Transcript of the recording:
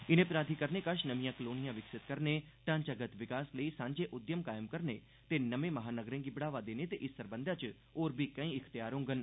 इनें प्राधिकरणें कश नमिआं कलोनियां विकसित करोआने ढांचागत विकास लेई सांझे उद्यम कायम करने ते नमें महानगरें गी बढ़ावा देने ते इस सरबंधतै च होर बी केई अख्तियार होड़न